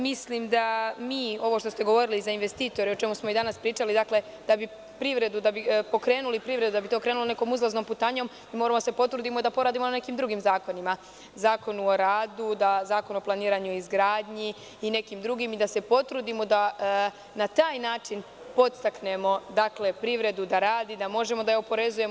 Mislim da mi, ovo što ste govorili za investitore, o čemu smo i danas pričali, da bi pokrenuli privredu, da bi to krenulo nekom uzlaznom putanjom, moramo da se potrudimo da poradimo na nekim drugim zakonima – Zakonu o radu, Zakonu o planiranju i izgradnji i nekim drugim i da se potrudimo da na taj način podstaknemo privredu da radi, da možemo da je oporezujemo.